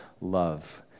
love